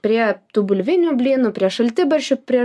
prie tų bulvinių blynų prie šaltibarščių prie